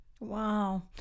wow